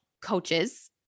coaches